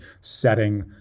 setting